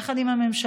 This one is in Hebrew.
יחד עם הממשלה,